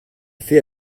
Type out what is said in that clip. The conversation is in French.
fais